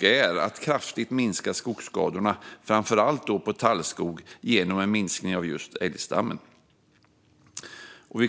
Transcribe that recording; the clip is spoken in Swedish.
är att kraftigt minska skogsskadorna, framför allt på tallskog, genom en minskning av älgstammen. Fru talman!